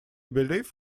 believe